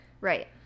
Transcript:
Right